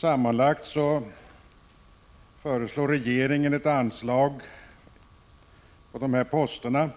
Sammanlagt för dessa poster föreslår regeringen ett anslag på 919